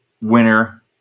winner